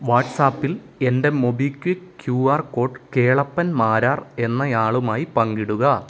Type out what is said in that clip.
വാട്ട്സ്ആപ്പിൽ എൻ്റെ MobiKwik Q R code Kelappan Marar എന്നയാളുമായി പങ്കിടുക